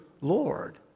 Lord